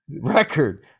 record